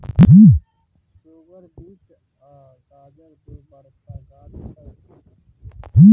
सुगर beet आ गाजर दु बरखा गाछ छै